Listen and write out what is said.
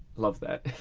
love that.